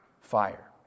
fire